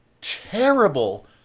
terrible